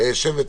תודה,